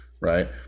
right